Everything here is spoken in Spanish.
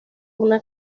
una